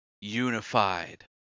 Unified